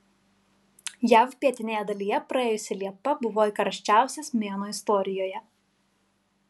jav pietinėje dalyje praėjusi liepa buvo karščiausias mėnuo istorijoje